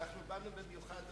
באנו במיוחד,